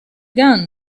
gun